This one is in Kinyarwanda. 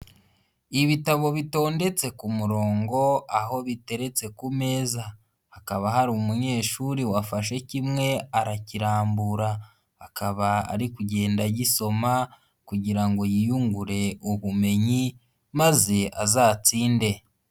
Ibitabo bitondetse ku murongo aho biteretse ku meza, hakaba hari umunyeshuri wafashe kimwe arakirambura, akaba ari kugenda agisoma kugira ngo yiyungure ubumenyi maze azatsinde.